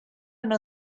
know